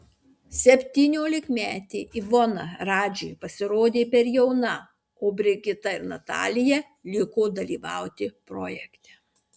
septyniolikmetė ivona radžiui pasirodė per jauna o brigita ir natalija liko dalyvauti projekte